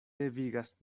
devigas